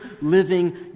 living